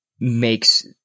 makes